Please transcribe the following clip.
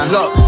Look